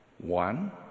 One